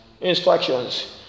Instructions